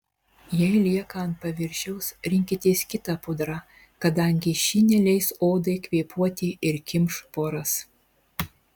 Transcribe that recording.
jei lieka ant paviršiaus rinkitės kitą pudrą kadangi ši neleis odai kvėpuoti ir kimš poras